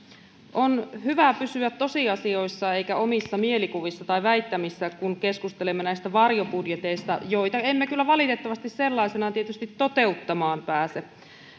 on hyvä pysyä tosiasioissa eikä omissa mielikuvissa tai väittämissä kun keskustelemme näistä varjobudjeteista joita emme kyllä valitettavasti sellaisinaan tietysti toteuttamaan pääse